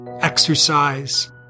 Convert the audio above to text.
exercise